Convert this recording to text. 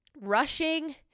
rushing